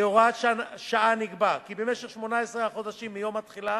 כהוראת שעה נקבע כי במשך 18 חודשים מיום התחילה